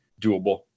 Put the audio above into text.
doable